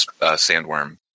sandworm